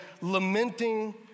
Lamenting